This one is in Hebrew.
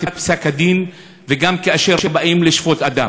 פסקי-דין וגם כאשר באים לשפוט אדם.